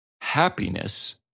Happiness